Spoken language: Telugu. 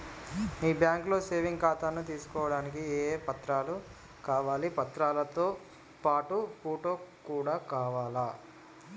మీ బ్యాంకులో సేవింగ్ ఖాతాను తీసుకోవడానికి ఏ ఏ పత్రాలు కావాలి పత్రాలతో పాటు ఫోటో కూడా కావాలా?